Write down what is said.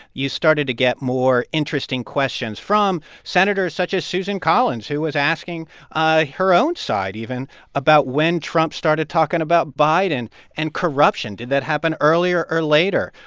you started to get more interesting questions from senators such as susan collins, who was asking ah her own side even about when trump started talking about biden and corruption. did that happen earlier or later?